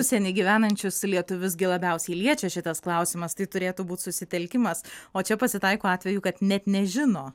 užsienyje gyvenančius lietuvius gi labiausiai liečia šitas klausimas tai turėtų būti susitelkimas o čia pasitaiko atvejų kad net nežino